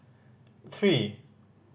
three